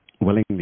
willingly